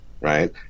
right